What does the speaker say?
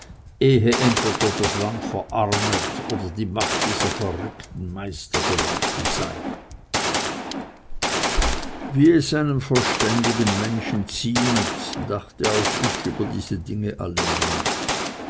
entweder das land verarmet oder die macht dieser verrückten meister geworden sei wie es einem verständigen menschen ziemet dachte auch ich über diese dinge alle nach